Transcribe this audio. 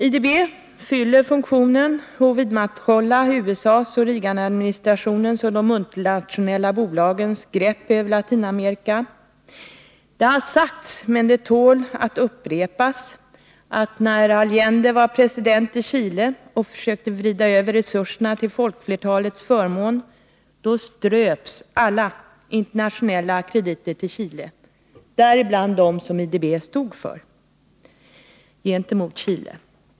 IDB fyller funktionen att vidmakthålla USA:s, Reaganadministrationens och de multinationella bolagens grepp över Latinamerika. Det har sagts, men det tål att upprepas, att när Allende var president i Chile och försökte vrida över resurserna till folkflertalets förmån, då ströps alla internationella krediter till Chile, däribland de som IDB stod för gentemot Chile.